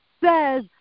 says